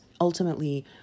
Ultimately